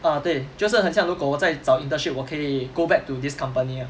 ah 对就是很像如果我在找 internship 我可以 go back to this company ah